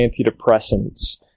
antidepressants